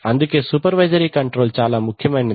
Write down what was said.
అందుకే supervisory control చాలా ముఖ్యమైనది